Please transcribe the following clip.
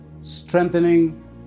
Strengthening